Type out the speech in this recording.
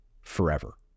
forever